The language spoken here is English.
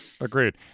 Agreed